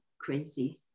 crazy